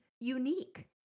unique